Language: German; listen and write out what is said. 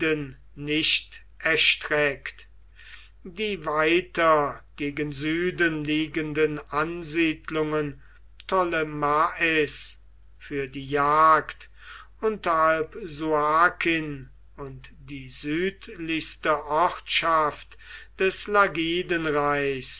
nicht erstreckt die weiter gegen süden liegenden ansiedlungen ptolemais für die jagd unterhalb sukin und die südlichste ortschaft des